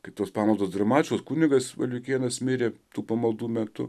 kaip tos pamaldos dramatiškos kunigas valiukėnas mirė tų pamaldų metu